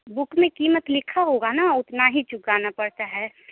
book में कीमत लिखा होगा न उतना ही चुकाना पड़ता है